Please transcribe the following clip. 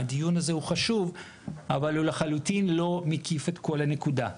הדיון הזה הוא חשוב אבל הוא לחלוטין לא מקיף את כל הנקודה.